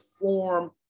form